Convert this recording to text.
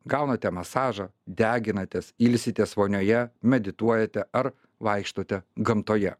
gaunate masažą deginatės ilsitės vonioje medituojate ar vaikštote gamtoje